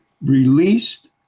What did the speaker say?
released